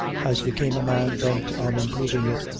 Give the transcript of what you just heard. as became a man bent on improving it,